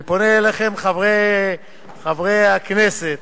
אני פונה אליכם, חברי הכנסת,